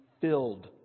filled